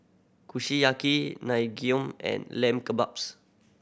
Kushiyaki Naengmyeon and Lamb Kebabs